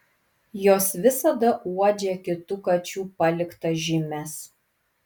jos visada uodžia kitų kačių paliktas žymes